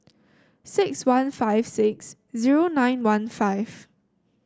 six one five six zero nine one five